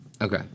Okay